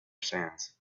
sands